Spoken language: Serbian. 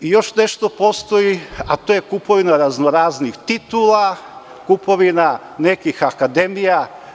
Još nešto postoji, a to je kupovina raznoraznih titula, kupovina nekih akademija.